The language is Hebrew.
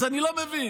אז אני לא מבין,